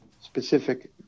specific